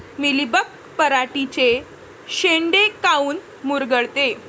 Mealybug पराटीचे चे शेंडे काऊन मुरगळते?